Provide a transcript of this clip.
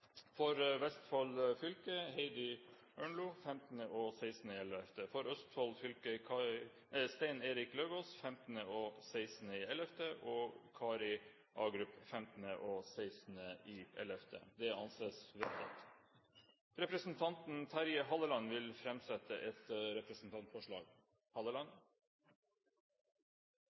For Vestfold fylke: Heidi Ørnlo 15. og 16. november For Østfold fylke: Stein Erik Lauvås og Kari Agerup 15. og 16. november – Det anses vedtatt. Representanten Terje Halleland vil framsette et representantforslag.